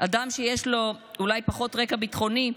אדם שיש לו אולי פחות רקע ביטחוני,